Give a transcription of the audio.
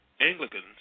Anglicans